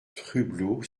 trublot